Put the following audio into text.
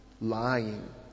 lying